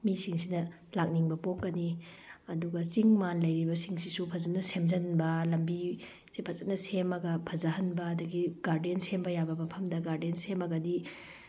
ꯃꯤꯁꯤꯡꯁꯤꯗ ꯂꯥꯛꯅꯤꯡꯕ ꯄꯣꯛꯀꯅꯤ ꯑꯗꯨꯒ ꯆꯤꯡ ꯃꯥꯟ ꯂꯩꯔꯤꯕꯁꯤꯡꯁꯤꯁꯨ ꯐꯖꯅ ꯁꯦꯝꯖꯤꯟꯕ ꯂꯝꯕꯤꯁꯦ ꯐꯖꯅ ꯁꯦꯝꯃꯒ ꯐꯖꯍꯟꯕ ꯑꯗꯒꯤ ꯒꯥꯔꯗꯦꯟ ꯁꯦꯝꯕ ꯌꯥꯕ ꯃꯐꯝꯗ ꯒꯥꯔꯗꯦꯟ ꯁꯦꯝꯃꯒꯗꯤ